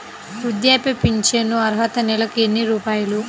వృద్ధాప్య ఫింఛను అర్హత నెలకి ఎన్ని రూపాయలు?